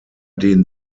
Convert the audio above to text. den